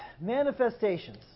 manifestations